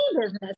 business